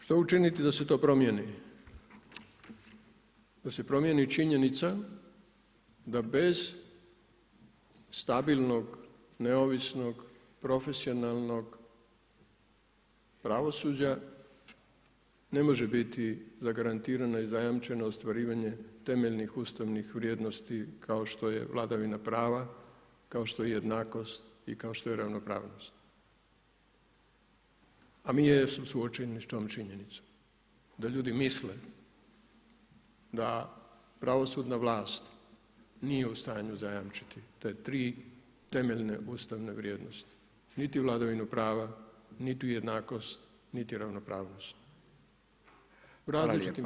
Što učiniti da se to promijeni, da se promjeni činjenica da bez stabilnog, neovisnog, profesionalnog pravosuđa ne može biti zagarantirana i zajamčeno ostvarivanje temeljnih ustavnih vrijednosti kao što je vladavina prava, kao što je jednakost i kao što je ravnopravnost a mi jesmo suočeni sa tom činjenicom da ljudi misle da pravosudna vlast nije u stanju zajamčiti te tri temeljne ustavne vrijednosti, niti vladavinu prava, niti jednakost, niti ravnopravnost u različitim područjima.